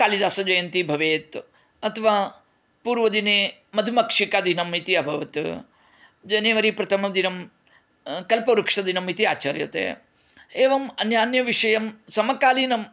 कालिदासजयन्ति भवेत् अथवा पूर्वदिने मधुमक्षिकादिनम् इति अभवत् जनवरी प्रथमदिनं कल्पवृक्षदिनम् इति आचर्यते एवम् अन्यान्य विषयं समकालीनम्